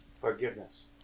Forgiveness